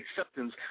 acceptance